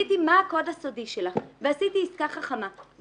וגיליתי מה הקוד הסודי שלך ועשיתי עסקה חכמה,